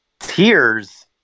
Tears